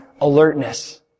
Alertness